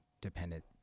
dependent